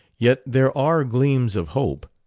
yet there are gleams of hope.